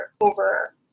over